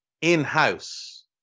in-house